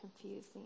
confusing